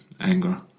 anger